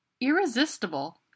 Irresistible